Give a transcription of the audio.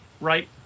right